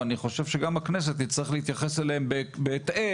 אני חושב שגם הכנסת תצטרך להתייחס אליהם בהתאם